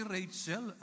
Rachel